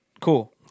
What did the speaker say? cool